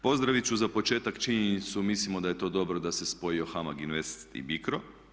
Pozdravit ću za početak činjenicu, mislimo da je to dobro da se spojio HAMAG Invest i BICRO.